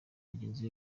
bagenzi